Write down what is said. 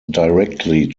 directly